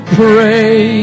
pray